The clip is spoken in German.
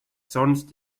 sonst